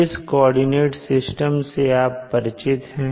इस coordinate system से आप परिचित हैं